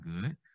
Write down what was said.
good